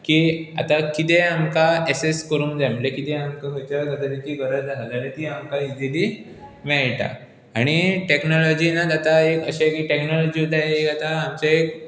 की आतां कितें आमकां एक्सेस करूंक जाय म्हणल्यार कितें आमकां खंयसर कसली गरज आसा जाल्यार ती आमकां इजिली मेळटा आनी टॅक्नोलॉजींनत आतां एक अशें की टॅक्नोलॉजी सुद्दां एक आतां आमचे एक